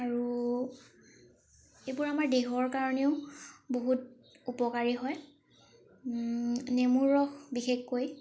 আৰু এইবোৰ আমাৰ দেহৰ কাৰণেও বহুত উপকাৰী হয় নেমুৰ ৰস বিশেষকৈ